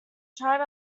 tried